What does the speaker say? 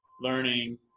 learning